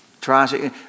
try